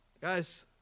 Guys